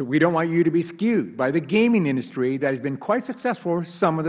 we don't want you to be skewed by the gaming industry that has been quite successful some of the